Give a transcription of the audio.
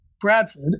Bradford